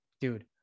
dude